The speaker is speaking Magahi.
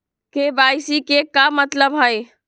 के.वाई.सी के का मतलब हई?